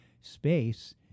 space